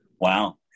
Wow